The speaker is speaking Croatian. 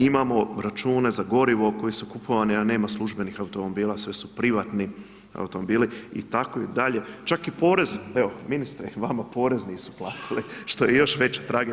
Imamo račune za gorivo koje su kupovani, a nema službenih automobila sve su privatni automobili i takvi dalje, čak i porez, evo ministre, vama porez nisu platiti, što je još veća tragedija.